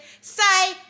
say